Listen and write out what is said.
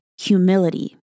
humility